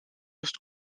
just